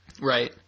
Right